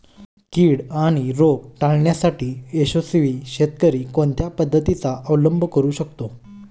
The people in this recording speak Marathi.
कीड आणि रोग टाळण्यासाठी यशस्वी शेतकरी कोणत्या पद्धतींचा अवलंब करू शकतो?